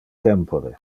tempore